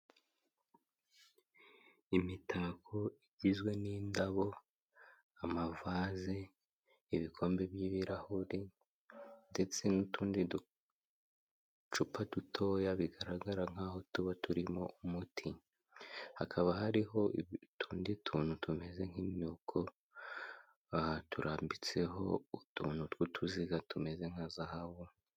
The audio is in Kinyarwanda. Imitako igizwe n'indabo, amavaze, ibikombe by'ibirahure ndetse n'utundi ducupa dutoya bigaragara nk'aho tuba turimo umuti, hakaba hariho utundi tuntu tumeze nk'imyuko baturambitseho utuntu tw'utuziga tumeze nka zahabu.